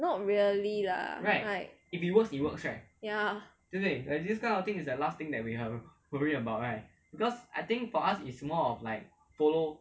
not really lah like